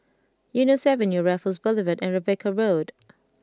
Eunos Avenue Raffles Boulevard and Rebecca Road